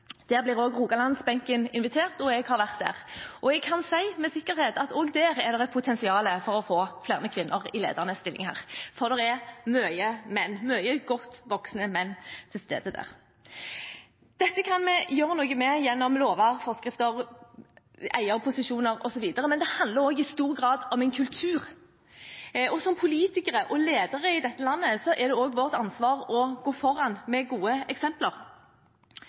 blir også Rogalandsbenken invitert, og jeg har vært der. Jeg kan si med sikkerhet at også der er det et potensial for å få flere kvinner i ledende stillinger, for det er mange godt voksne menn til stede der. Dette kan vi gjøre noe med gjennom lover og forskrifter, eierposisjoner osv., men det handler også i stor grad om en kultur, og som politikere og ledere i dette landet er det også vårt ansvar å gå foran med gode eksempler.